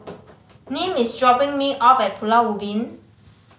Nim is dropping me off at Pulau Ubin